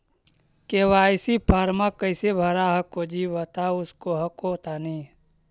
KYC फॉर्मा कैसे भरा हको जी बता उसको हको तानी?